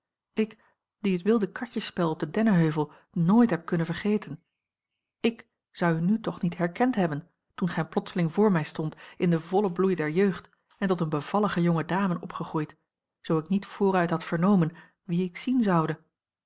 ik die het wilde katjesspel op den dennenheuvel nooit heb kunnen vergeten ik zou u nu toch niet herkend hebben toen gij plotseling voor mij stondt in den vollen bloei der jeugd en tot eene bevallige jonge dame opgegroeid zoo ik niet vooruit had vernomen wien ik zien zoude